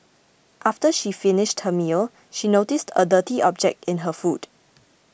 after she finished her meal she noticed a dirty object in her food